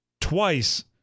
Twice